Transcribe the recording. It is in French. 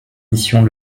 mission